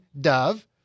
Dove